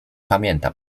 pamięta